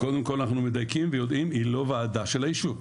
קודם כל אנחנו מדייקים ויודעים היא לא ועדה של היישוב,